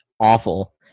awful